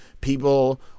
people